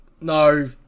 no